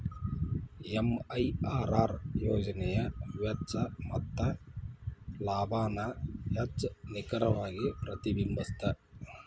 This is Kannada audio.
ಎಂ.ಐ.ಆರ್.ಆರ್ ಯೋಜನೆಯ ವೆಚ್ಚ ಮತ್ತ ಲಾಭಾನ ಹೆಚ್ಚ್ ನಿಖರವಾಗಿ ಪ್ರತಿಬಿಂಬಸ್ತ